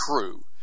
true